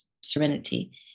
serenity